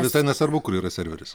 visai nesvarbu kur yra serveris